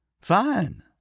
Fine